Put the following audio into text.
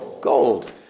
gold